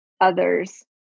others